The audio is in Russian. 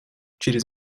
через